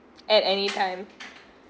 at anytime